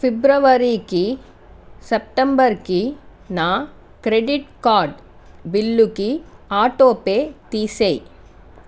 ఫిబ్రవరికి సెప్టెంబర్కి నా credit card బిల్లుకి ఆటోపే తీసేయ్